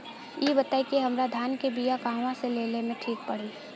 इ बताईं की हमरा धान के बिया कहवा से लेला मे ठीक पड़ी?